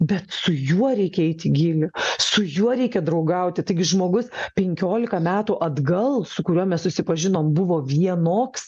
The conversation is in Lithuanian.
bet su juo reikia eit į gylį su juo reikia draugauti taigi žmogus penkiolika metų atgal su kuriuo mes susipažinom buvo vienoks